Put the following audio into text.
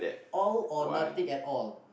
all or nothing at all